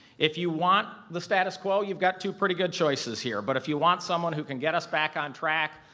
if you want the status quo, you've got two pretty good choices here, but if you want someone who can get us back on track,